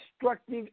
destructive